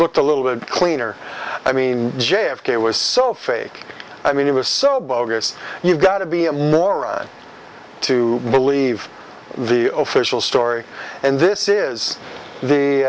looked a little bit cleaner i mean j f k was so fake i mean it was so bogus you gotta be a moron to believe the official story and this is the